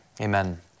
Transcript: amen